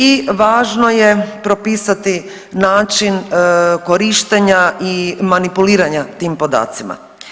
I važno je propisati način korištenja i manipuliranja tim podacima.